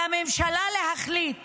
על הממשלה להחליט